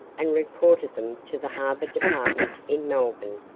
and reported them to the harbour department in melbourne.